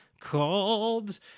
called